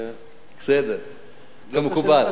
בסדר, כמקובל.